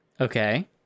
Okay